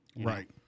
Right